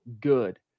good